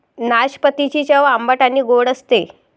नाशपातीची चव आंबट आणि गोड असते